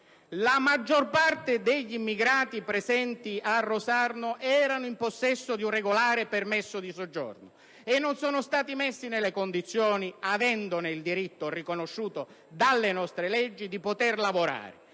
la maggior parte degli immigrati presenti a Rosarno erano in possesso di un regolare permesso di soggiorno. Eppure, essi non sono stati messi nelle condizioni, avendone il diritto riconosciuto dalle nostre leggi, di poter lavorare.